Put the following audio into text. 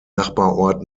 nachbarort